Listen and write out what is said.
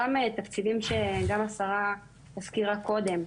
אותם תקציבים שגם השרה הזכירה קודם,